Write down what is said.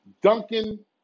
Duncan